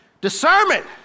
Discernment